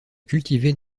cultiver